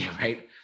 Right